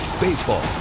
Baseball